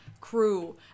crew